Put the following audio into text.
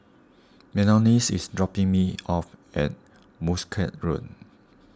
Melony is dropping me off at Muscat Road